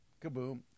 Kaboom